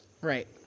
Right